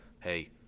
hey